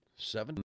Seven